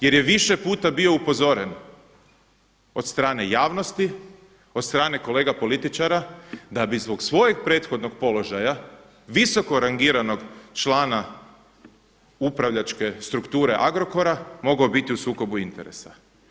Jer je više puta bio upozoren od strane javnosti, od strane kolega političara da bi zbog svojeg prethodnog položaja, visokorangiranog članka upravljačke strukture Agrokora mogao biti u sukobu interesa.